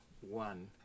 one